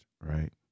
right